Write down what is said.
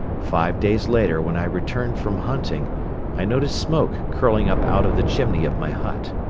five days later when i returned from hunting i noticed smoke curling up out of the chimney of my hut.